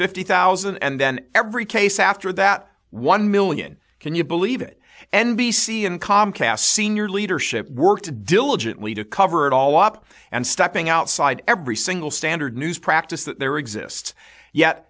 fifty thousand and then every case after that one million can you believe it n b c and comcast senior leadership worked diligently to cover it all up and stepping outside every single standard news practice that there exists yet